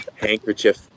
handkerchief